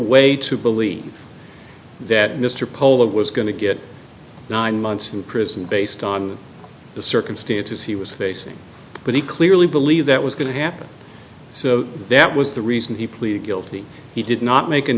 way to believe that mr pole that was going to get nine months in prison based on the circumstances he was facing when he clearly believe that was going to happen so that was the reason he pleaded guilty he did not mak